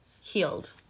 healed